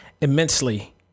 immensely